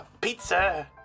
Pizza